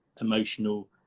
emotional